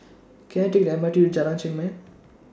Can I Take The M R T to Jalan Chengam